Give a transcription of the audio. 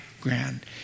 grand